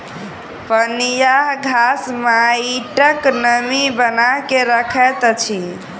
पनियाह घास माइटक नमी बना के रखैत अछि